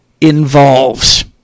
involves